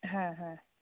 ಹಾಂ ಹಾಂ